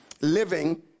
living